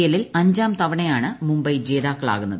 എില്ലിൽ അഞ്ചാം തവണയാണ് മുംബൈ ജേതാക്കളാവുന്നത്